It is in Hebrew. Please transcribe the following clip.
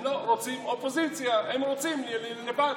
הם לא רוצים אופוזיציה, הם רוצים לבד.